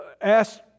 asked